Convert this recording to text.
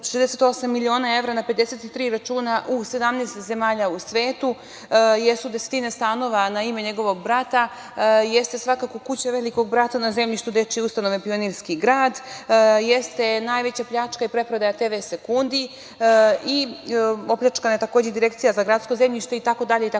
68 miliona evra na 53 računa u 17 zemalja u svetu, jesu desetine stanova na ime njegovog brata, jeste svakako kuća „Velikog brata“ na zemljištu dečije ustanove Pionirski grad, jeste najveća pljačka i preprodaja TV sekundi i opljačkana je takođe i Direkcija za gradsko zemljište itd,